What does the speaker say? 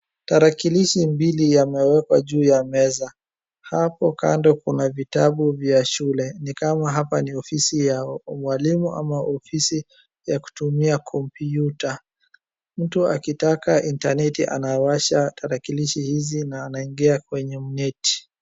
Tarakilishi mbili yamewekwa juu ya meza. Hapo kando kuna vitabu vya shule ni kama hapa ya walimu ama ofisi ya kutumia kompyuta. Mtu akitaka intaneti anawasha tarakilishi hizi na anaingia kwenye mneti.